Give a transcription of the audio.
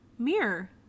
Mirror